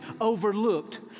overlooked